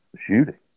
shooting